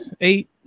eight